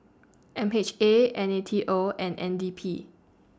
M H A N A T O and N D P